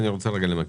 ואני רוצה למקד.